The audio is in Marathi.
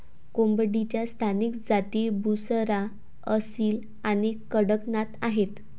कोंबडीच्या स्थानिक जाती बुसरा, असील आणि कडकनाथ आहेत